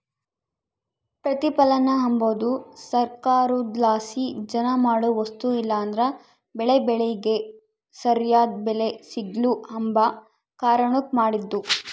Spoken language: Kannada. ಪ್ರತಿಪಲನ ಅಂಬದು ಸರ್ಕಾರುದ್ಲಾಸಿ ಜನ ಮಾಡೋ ವಸ್ತು ಇಲ್ಲಂದ್ರ ಬೆಳೇ ಬೆಳಿಗೆ ಸರ್ಯಾದ್ ಬೆಲೆ ಸಿಗ್ಲು ಅಂಬ ಕಾರಣುಕ್ ಮಾಡಿದ್ದು